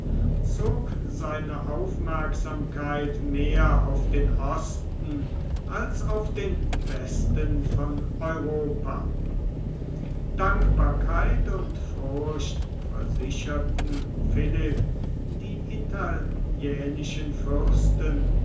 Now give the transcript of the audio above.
zog seine aufmerksamkeit mehr auf den osten als auf den westen von europa dankbarkeit und furcht versicherten philipp die italienischen fürsten